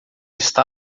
está